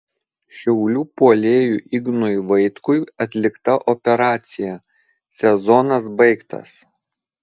šiaulių puolėjui ignui vaitkui atlikta operacija sezonas baigtas